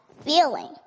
feeling